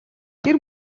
гэр